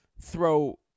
throw